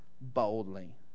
boldly